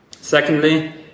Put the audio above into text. Secondly